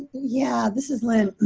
yeah, this is lana.